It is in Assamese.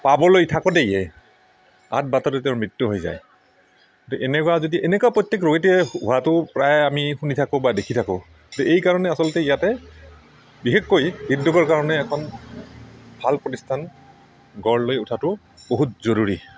পাবলৈ থাকোতেয়ে আধ বাটতে তেওঁৰ মৃত্যু হৈ যায় যদি এনেকুৱা এনেকুৱা প্ৰত্যেকৰোগীতে হোৱাটো প্ৰায় আমি শুনি থাকোঁ বা দেখি থাকো গতিকে এই কাৰণেই আচলতে ইয়াতে বিশেষকৈ হৃদৰোগৰ কাৰণে এখন ভল প্ৰতিষ্ঠান গঢ় লৈ উঠাটো বহুত জৰুৰী